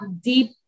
deep